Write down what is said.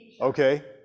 Okay